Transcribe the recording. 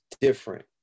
different